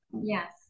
Yes